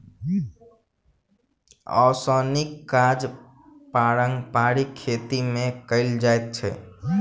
ओसौनीक काज पारंपारिक खेती मे कयल जाइत छल